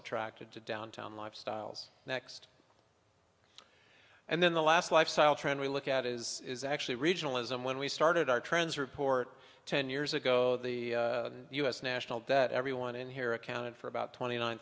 attracted to downtown lifestyles next and then the last lifestyle trend we look at is actually regionalism when we started our trends report ten years ago the u s national debt everyone in here accounted for about twenty nine